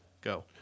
Go